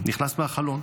נכנס מהחלון.